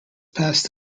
past